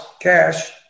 cash